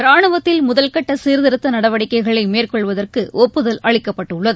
ராணுவத்தில் முதல்கட்ட சீர்த்திருத்த நடவடிக்கைகளை மேற்கொள்வதற்கு ஒப்புதல் அளிக்கப்பட்டுள்ளது